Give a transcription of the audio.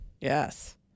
Yes